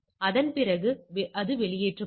அதன் பிறகு அது வெளியேற்றப்படும்